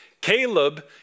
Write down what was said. Caleb